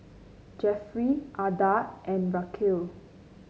Jeffrey Adah and Raquel